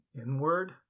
inward